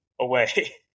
away